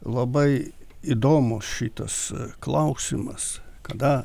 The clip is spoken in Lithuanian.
labai įdomu šitas klausimas kada